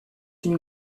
une